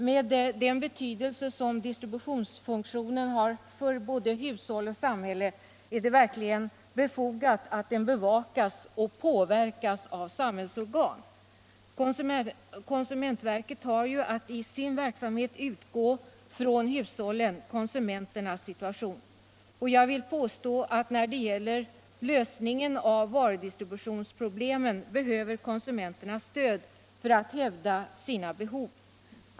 Med den betydelse som distributionsfunktionen har för både hushåll och samhälle är det verkligen befogat att den bevakas och påverkas av samhällsorgan. Konsumentverket har ju att i sin verksamhet utgå från hushållenskonsumenteras situation. Jag vill påstå att när det gäller lösningen av varudistributionsproblemen behöver konsumenterna stöd för att hävda sina behov.